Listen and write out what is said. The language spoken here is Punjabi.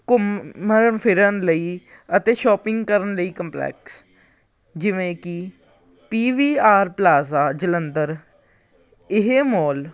ਘੁੰਮਣ ਫਿਰਨ ਲਈ ਅਤੇ ਸ਼ੋਪਿੰਗ ਕਰਨ ਲਈ ਕੰਪਲੈਕਸ ਜਿਵੇਂ ਕਿ P V R plaza Jalandhar ਇਹ ਮੌਲ